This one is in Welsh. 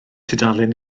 tudalen